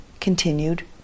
continued